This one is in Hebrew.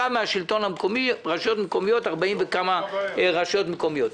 והשלטון המקומי, 40 וכמה רשויות מקומיות.